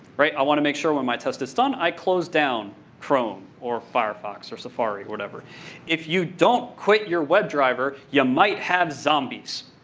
right. i want to make sure when my test is done, i close down chrome or firefox or safari. if you don't quit your webdriver, you might have zombies.